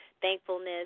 thankfulness